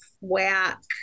whack